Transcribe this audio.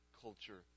culture